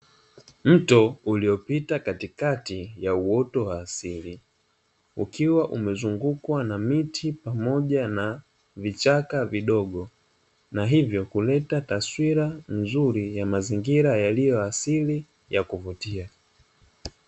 Mto uliopita katikati ya uoto wa asili ukiwa umezungukwa na miti pamoja na vichaka vidogo, na hivyo kuleta taswira nzuri ya mazingira yaliyo asili ya kuvutia.